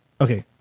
Okay